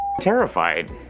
terrified